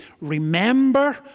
Remember